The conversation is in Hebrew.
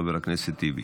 חבר הכנסת טיבי.